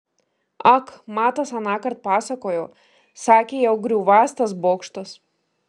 ak matas anąkart pasakojo sakė jau griūvąs tas bokštas